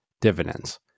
dividends